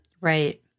Right